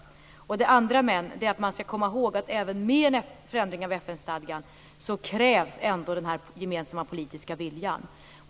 Mitt andra men gäller att man skall komma ihåg att även med en förändring av FN-stadgan krävs ändå denna gemensamma politiska vilja.